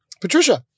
Patricia